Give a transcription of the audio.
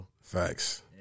Facts